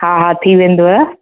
थी वेंदुव